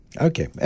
Okay